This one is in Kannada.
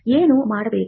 ಏನು ಮಾಡಬೇಕು